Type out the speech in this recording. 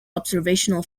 observational